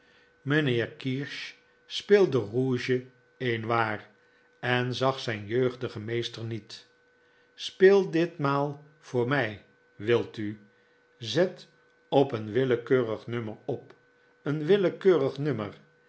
mijnheer kirsch speelde rouge et noir en zag zijn jeugdigen meester niet speel ditmaal voor mij wilt u zet op een willekeurig nummer op een willekeurig nummer